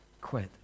quit